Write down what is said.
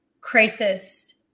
crisis